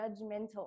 judgmental